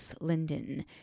Linden